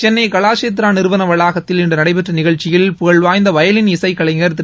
சென்னை கலாஷேத்ரா நிறுவன வளாகத்தில் இன்று நடைபெற்ற நிகழ்ச்சியில் புகழ் வாய்ந்த வயலின் இசை கலைஞர் திரு